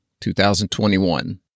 2021